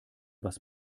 was